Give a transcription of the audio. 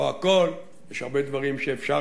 לא הכול, יש הרבה דברים שאפשר,